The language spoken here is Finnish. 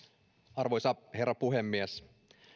arvoisa herra puhemies